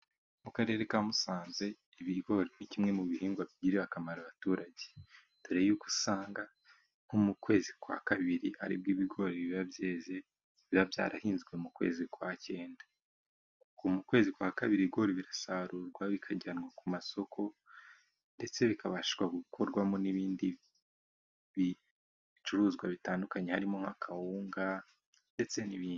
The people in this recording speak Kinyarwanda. Mu Karere ka Musanze, ibigori ni kimwe mu bihingwa bigirira akamaro abaturage. Dore y'uko usanga nko mu kwezi kwa kabiri, aribwo ibigori biba byeze. Biba byarahinzwe mu kwezi kwa cyenda. kuva mu kwezi kwa kabiri, igori birasarurwa bikajyanwa ku masoko, ndetse bikabashisha gukorwamo n'ibindi bicuruzwa bitandukanye, harimo kawunga ndetse n'ibindi.